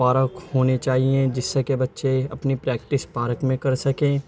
park ہونے چاہئیں جس سے کہ بچے اپنی پریکٹس پارک میں کر سکیں